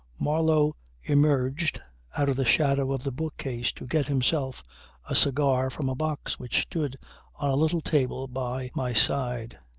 marlow emerged out of the shadow of the book-case to get himself a cigar from a box which stood on a little table by my side.